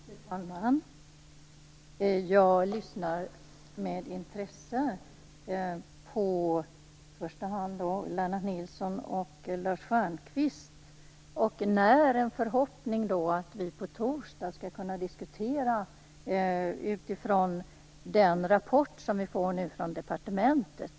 Fru talman! Jag lyssnar med intresse på i första hand Lennart Nilsson och Lars Stjernkvist. Jag när också en förhoppning om att vi på torsdag skall kunna diskutera utifrån den rapport som vi nu får från departementet.